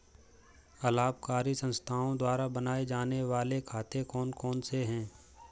अलाभकारी संस्थाओं द्वारा बनाए जाने वाले खाते कौन कौनसे हैं?